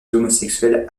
homosexuels